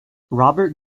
robert